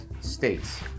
states